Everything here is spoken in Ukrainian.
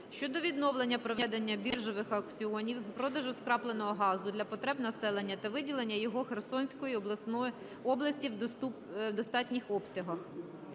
щодо відновлення проведення біржових аукціонів з продажу скрапленого газу для потреб населення та виділення його Херсонської області в достатніх обсягах.